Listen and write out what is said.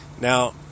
Now